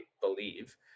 believe